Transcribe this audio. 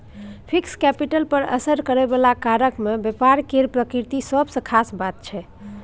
fixed capital पर असर करइ बला कारक मे व्यापार केर प्रकृति सबसँ खास बात छै